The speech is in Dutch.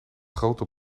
grote